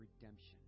redemption